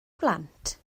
blant